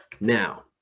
Now